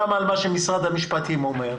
גם על מה שמשרד המשפטים אומר,